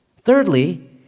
Thirdly